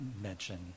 mention